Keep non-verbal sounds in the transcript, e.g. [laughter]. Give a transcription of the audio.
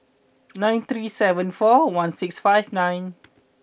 [noise] nine three seven four one six five nine